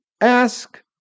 Ask